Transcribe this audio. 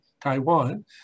Taiwan